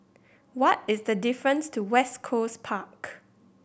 what is the difference to West Coast Park